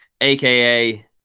aka